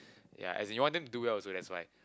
yea as you want them to do well also that's why